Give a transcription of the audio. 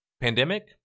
Pandemic